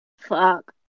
Fuck